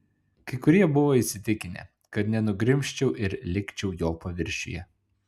kai kurie buvo įsitikinę kad nenugrimzčiau ir likčiau jo paviršiuje